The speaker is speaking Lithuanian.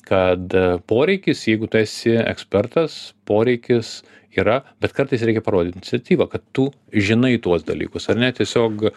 kad poreikis jeigu tu esi ekspertas poreikis yra bet kartais reikia parodyt iniciatyvą kad tu žinai tuos dalykus ar ne tiesiog